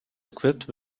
equipped